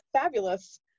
Fabulous